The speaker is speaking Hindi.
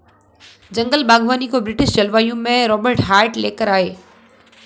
जंगल बागवानी को ब्रिटिश जलवायु में रोबर्ट हार्ट ले कर आये